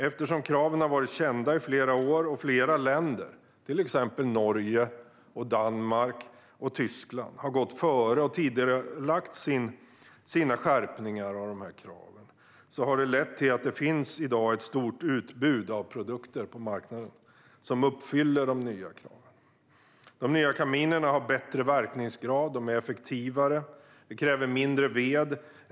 Eftersom kraven har varit kända i flera år och flera länder, till exempel Norge, Danmark och Tyskland, har gått före och tidigarelagt sina skärpningar av kraven har det lett till att det i dag finns ett stort utbud av produkter på marknaden som uppfyller de nya kraven. De nya kaminerna har bättre verkningsgrad, är effektivare och kräver mindre ved.